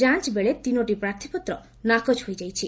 ଯାଞ୍ଚ ବେଳେ ତିନୋଟି ପ୍ରାର୍ଥୀପତ୍ର ନାକଚ ହୋଇଯାଇଛି